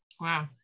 Wow